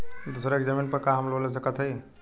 दूसरे के जमीन पर का हम लोन ले सकत हई?